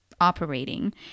operating